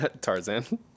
Tarzan